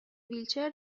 ویلچر